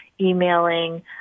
emailing